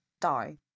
die